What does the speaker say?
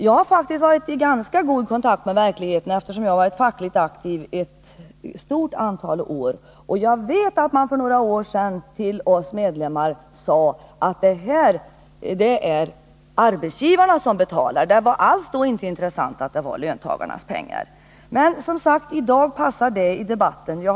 Jag har faktiskt varit i ganska god kontakt med verkligheten, eftersom jag varit fackligt aktiv ett stort antal år. Jag vet att man för några år sedan till oss medlemmar sade att det här är det arbetsgivarna som betalar. Då var det inte alls tal om att det var löntagarnas pengar. Men, som sagt, i dag passar det att säga det i debatten.